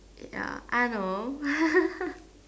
ya I don't know